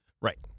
Right